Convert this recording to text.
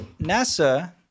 NASA